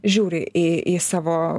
žiūri į į savo